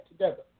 together